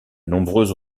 nombreuses